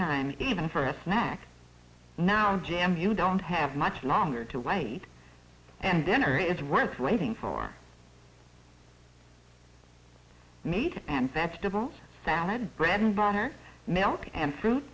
time even for a snack now g m u don't have much longer to wait and dinner is worth waiting for meat and vegetables salad bread and butter milk and fruit